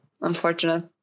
Unfortunate